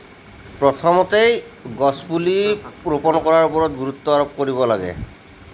প্ৰথমতেই গছ পুলি ৰোপন কৰাৰ ওপৰত গুৰুত্ব আৰোপ কৰিব লাগে